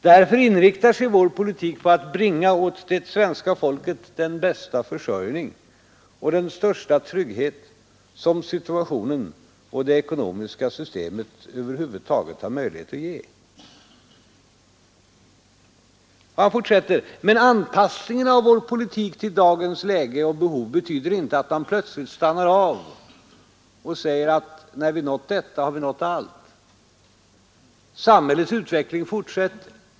Därför inriktar sig vår politik på att bringa åt det svenska folket den bästa försörjning och den största trygghet som situationen och det ekonomiska systemet över huvud taget har möjlighet att ge.” Och han fortsätter: ”Men anpassningen av vår politik till dagens läge och behov betyder inte, att man plötsligt stannar av och säger, att när vi nått detta, ha vi nått allt. Samhällets utveckling fortsätter.